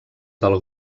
del